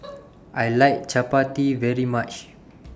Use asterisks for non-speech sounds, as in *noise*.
*noise* I like Chapati very much